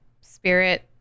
Spirit